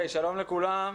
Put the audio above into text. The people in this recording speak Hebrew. שלום לכולם,